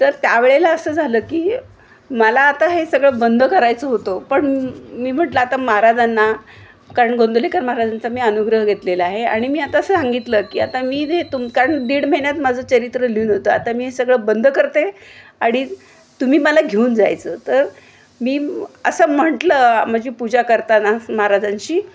तर त्यावेळेला असं झालं की मला आता हे सगळं बंद करायचं होतं पण मी म्हटलं आता महाराजांना कारण गोंंदवलेकर महाराजांचा मी अनुग्रह घेतलेला आहे आणि मी आता सांगितलं की आता मी हे तुम कारण दीड महिन्यात माझं चरित्र लिहून होतं आता मी हे सगळं बंद करते आणि तुम्ही मला घेऊन जायचं तर मी असं म्हटलं म्हणजे पूजा करताना महाराजांची